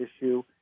issue